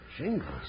Jingles